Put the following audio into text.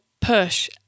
push